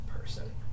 person